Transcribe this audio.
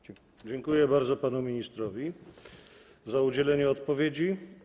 Dziękuję bardzo panu ministrowi za udzielenie odpowiedzi.